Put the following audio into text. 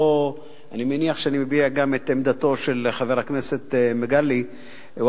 אני מניח שאני מביע גם את עמדתו של מגלי והבה,